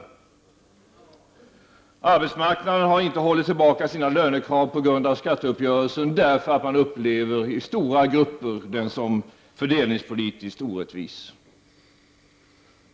Där har man inte hållit tillbaka sina lönekrav på grund av skatteuppgörelsen, därför att stora grupper upplever den som fördelningspolitiskt orättvis.